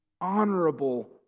honorable